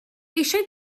eisiau